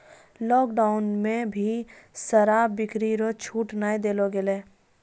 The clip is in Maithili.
लोकडौन मे भी शराब बिक्री रो छूट नै देलो गेलै